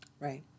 Right